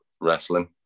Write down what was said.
wrestling